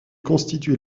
constitue